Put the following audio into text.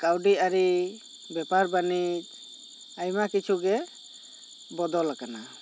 ᱠᱟᱹᱣᱰᱤ ᱟᱹᱨᱤ ᱵᱮᱯᱟᱨ ᱵᱟᱹᱱᱤᱡᱽ ᱟᱭᱢᱟ ᱠᱤᱪᱷᱩ ᱜᱤ ᱵᱚᱫᱚᱞ ᱟᱠᱟᱱᱟ